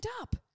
up